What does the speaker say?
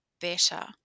better